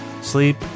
sleep